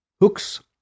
Hooks